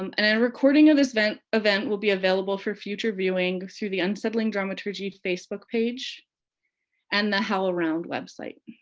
um and and recording of this event event will be available for future viewing through the unsettling dramaturgy facebook page and the howlround website.